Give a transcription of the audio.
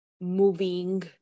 moving